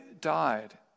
died